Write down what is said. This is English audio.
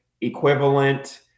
equivalent